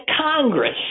Congress